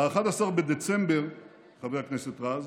ב-11 בדצמבר 2017, חבר הכנסת רז,